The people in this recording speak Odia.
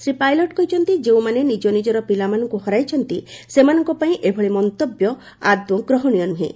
ଶ୍ରୀ ପାଇଲଟ କହିଛନ୍ତି ଯେଉଁମାନେ ନିଜ ନିଜର ପିଲାମାନଙ୍କୁ ହରାଇଛନ୍ତି ସେମାନଙ୍କ ପାଇଁ ଏଭଳି ମନ୍ତବ୍ୟ ଆଦୌ ଗ୍ରହଣୀୟ ନୁହେଁ